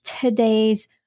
today's